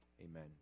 amen